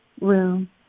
room